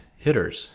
hitters